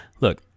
look